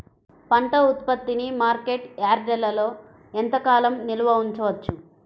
పంట ఉత్పత్తిని మార్కెట్ యార్డ్లలో ఎంతకాలం నిల్వ ఉంచవచ్చు?